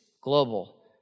global